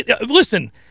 Listen